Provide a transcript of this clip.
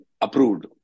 Approved